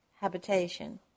habitation